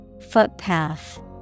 Footpath